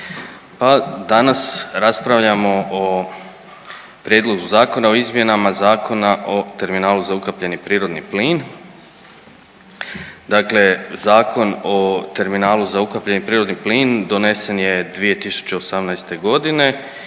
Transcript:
Pa danas raspravljamo o Prijedlogu zakona o izmjenama Zakona o terminalu za ukapljeni prirodni plin, dakle Zakon o terminalu za ukapljeni plin donesen je 2018.g.